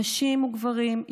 נשים וגברים,